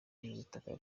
y’ubutaka